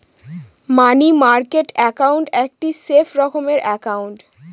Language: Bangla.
মানি মার্কেট একাউন্ট একটি সেফ রকমের একাউন্ট